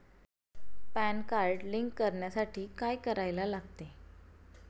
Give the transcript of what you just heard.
Pan card link करण्यासाठी काय करायला लागते?